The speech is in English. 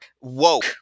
woke